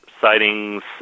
sightings